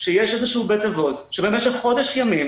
שיש איזשהו בית אבות, שבמשך חודש ימים